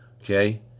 Okay